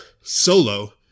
Solo